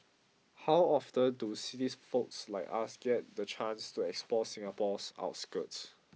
how often do city folks like us get the chance to explore Singapore's outskirts